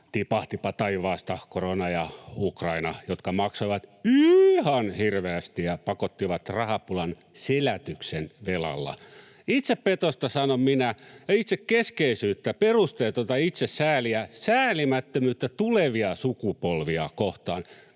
tipahtipa taivaasta korona ja Ukraina, jotka maksavat ihan hirveästi ja pakottivat rahapulan selätykseen velalla. Itsepetosta, sanon minä, ja itsekeskeisyyttä, perusteetonta itsesääliä ja säälimättömyyttä tulevia sukupolvia kohtaan.